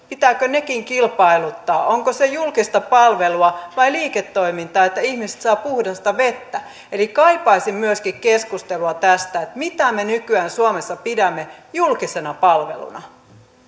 pitää kilpailuttaa onko se julkista palvelua vai liiketoimintaa että ihmiset saavat puhdasta vettä eli kaipaisin myöskin keskustelua tästä mitä me nykyään suomessa pidämme julkisena palveluna